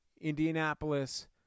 Indianapolis